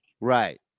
right